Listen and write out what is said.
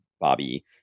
Bobby